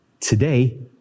Today